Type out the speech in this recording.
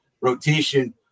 rotation